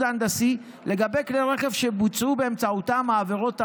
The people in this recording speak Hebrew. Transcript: ההנדסי לגבי כלי רכב שבוצעו באמצעותם העבירות האמורות.